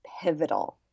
pivotal